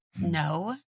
No